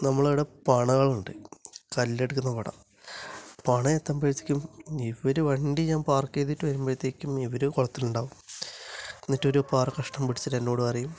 നമ്മളുടെ ഇവിടെ പണകളുണ്ട് കല്ലെടുക്കുന്ന പണ പണ എത്തുമ്പോഴത്തേക്കും ഇവര് വണ്ടി ഞാൻ പാർക്ക് ചെയ്തിട്ട് വരുമ്പോഴത്തേക്കും ഇവര് കുളത്തിലുണ്ടാകും എന്നിട്ട് ഒരു പാറ കഷ്ണം പിടിച്ചിട്ട് എന്നോട് പറയും